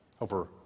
over